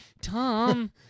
Tom